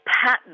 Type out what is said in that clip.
pattern